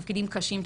תפקידים קשים,